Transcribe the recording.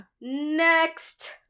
Next